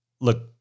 Look